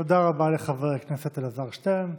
תודה רבה לחבר הכנסת אלעזר שטרן.